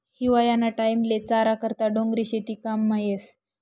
हिवायाना टाईमले चारा करता डोंगरी शेती काममा येस